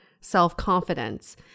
self-confidence